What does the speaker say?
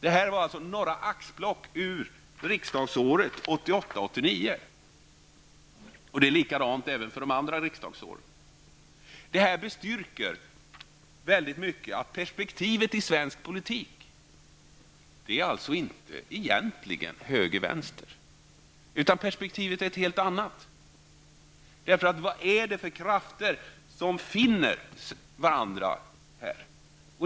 Det här är alltså några axplock gällande riksmötet 1988/89. Och det är likadant när det gäller andra riksmöten. Detta bestyrker att det i svensk politik alltså inte är fråga om höger -- vänster, utan vi får se det i ett helt annat perspektiv. För vilka krafter är det som finner varandra?